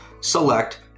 select